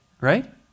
Right